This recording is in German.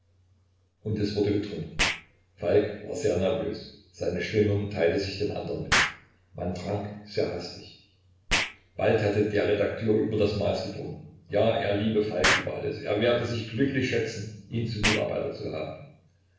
und es wurde getrunken falk war sehr nervös seine stimmung teilte sich den andern mit man trank sehr hastig bald hatte der redakteur über das maß getrunken ja er liebe falk über alles er werde sich glücklich schätzen ihn zum mitarbeiter zu haben